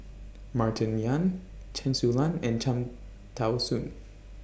Martin Yan Chen Su Lan and Cham Tao Soon